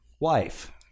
wife